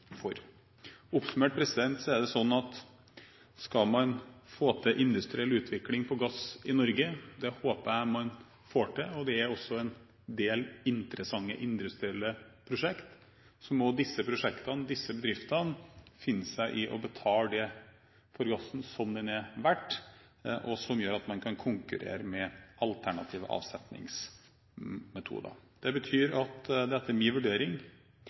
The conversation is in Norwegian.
Oppsummert er det sånn at skal man få til industriell utvikling på gass i Norge – det håper jeg man får til, det er også en del interessante industrielle prosjekter – må disse prosjektene og disse bedriftene finne seg i å betale for gassen det den er verdt, og som gjør at man kan konkurrere med alternative avsetningsmetoder. Det betyr at det, etter min vurdering,